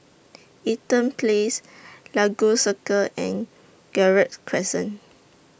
Eaton Place Lagos Circle and Gerald Crescent